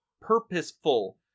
purposeful